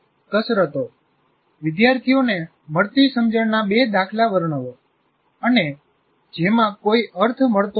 કસરતો વિદ્યાર્થીઓને મળતી સમજણના બે દાખલા વર્ણવો અને જેમાં કોઈ અર્થ મળતો હોઈ